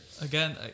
again